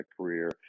career